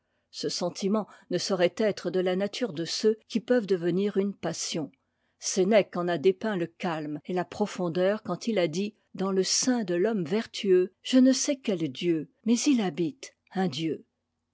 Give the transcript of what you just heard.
ce sentiment ne saurait être de la nature de ceux qui peuvent devenir une passion sénèque en a dépeint le calme et la profondeur quand il a dit dans le sein de mmm e vertueux je ne sais quel dieu mais il habite mm dieu